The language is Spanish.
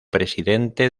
presidente